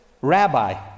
rabbi